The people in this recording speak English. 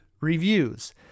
reviews